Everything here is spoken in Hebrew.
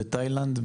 בתאילנד,